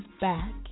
back